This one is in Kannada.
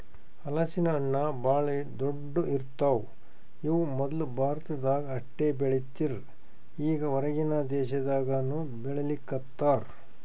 ಹಲಸಿನ ಹಣ್ಣ್ ಭಾಳ್ ದೊಡ್ಡು ಇರ್ತವ್ ಇವ್ ಮೊದ್ಲ ಭಾರತದಾಗ್ ಅಷ್ಟೇ ಬೆಳೀತಿರ್ ಈಗ್ ಹೊರಗಿನ್ ದೇಶದಾಗನೂ ಬೆಳೀಲಿಕತ್ತಾರ್